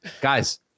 guys